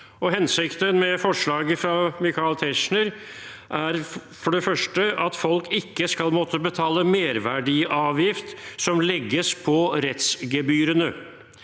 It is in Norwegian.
Hensikten med forslaget fra Michael Tetzschner er for det første at folk ikke skal måtte betale merverdiavgift som legges på rettsgebyrene.